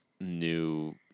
new